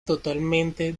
totalmente